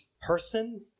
person